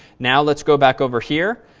now, let's go back over here.